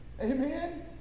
Amen